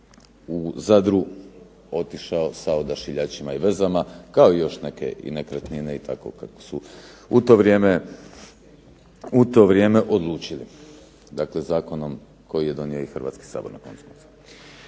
u Zadru otišao sa "Odašiljačima i vezama" kao i još neke nekretnine i tako kako su u to vrijeme odlučili, dakle zakonom koji je donio i Hrvatski sabor na koncu